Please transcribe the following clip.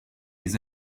les